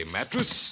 Mattress